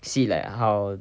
see like how